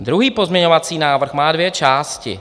Druhý pozměňovací návrh má dvě části.